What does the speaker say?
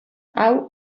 hau